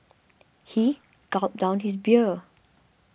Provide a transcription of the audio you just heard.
he gulped down his beer